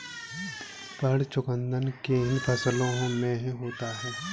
पर्ण कुंचन किन फसलों में होता है?